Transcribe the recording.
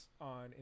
on